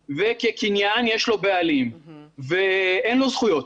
וכקניין יש לו בעלים ואין לו זכויות.